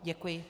Děkuji.